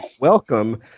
welcome